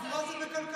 מה אתה רוצה?